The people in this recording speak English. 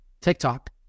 TikTok